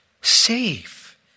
Safe